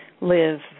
live